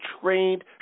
trained